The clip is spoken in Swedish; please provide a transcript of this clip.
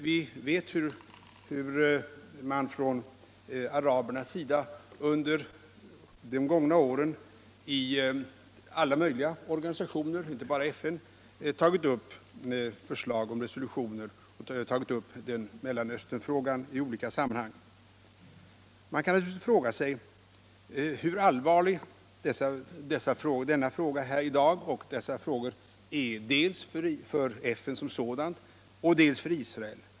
Vi vet hur man på arabhåll under de gångna åren i alla möjliga organisationer och i olika sammanhang, inte bara i FN, tagit upp förslag till resolutioner i Mellanösternfrågan. Man kan naturligtvis fråga sig hur allvarlig denna fråga i dag är dels för FN som organisation, dels för Israel.